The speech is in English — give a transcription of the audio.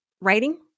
writing